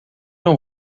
não